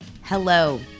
Hello